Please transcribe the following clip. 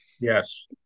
yes